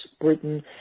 Britain